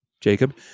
Jacob